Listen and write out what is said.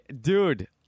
Dude